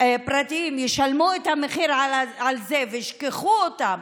פרטיים ישלמו את המחיר על זה וישכחו אותם